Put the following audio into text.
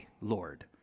Lord